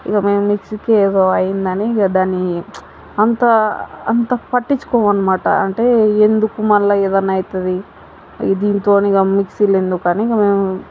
ఇగ మేము మిక్సీకి ఏదో అయ్యిందని ఇక దాన్ని అంత అంత పట్టించుకోము అన్నమాట అంటే ఎందుకు మళ్ళీ ఏదైనా అవుతుంది దీనితోని ఇక మిక్సీలు ఎందుకని ఇక మేము